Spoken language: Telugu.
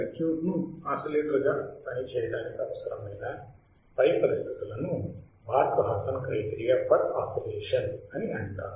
సర్క్యూట్ను ఆసిలేటర్గా పని చేయడానికి అవసరమైన పై పరిస్థితులను Barkhausen criteria for oscillation అని అంటారు